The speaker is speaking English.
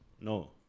No